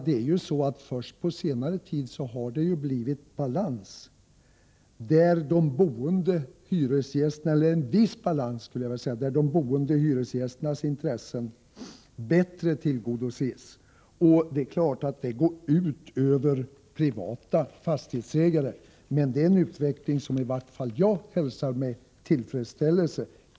Det är först på senare tid som det har blivit en viss balans där hyresgästernas intressen bättre tillgodoses. Det är klart att det går ut över privata fastighetsägare. Men den utvecklingen hälsar i varje fall jag med tillfredsställelse.